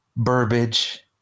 Burbage